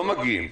לא מגיעים.